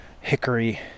hickory